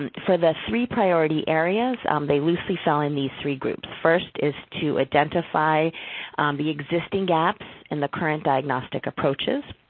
and for the three priority areas, they loosely fell into these three groups. first is to identify the existing gaps in the current diagnostic approaches.